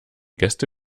gäste